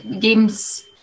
games